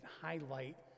highlight